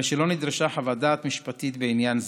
הרי שלא נדרשה חוות דעת משפטית בעניין זה.